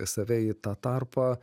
save į tą tarpą